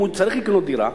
אם הוא צריך לקנות דירה,